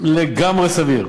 לגמרי סביר.